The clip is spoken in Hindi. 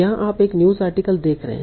यहाँ आप एक न्यूज़ आर्टिकल देख रहे हैं